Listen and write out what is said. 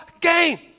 game